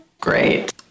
Great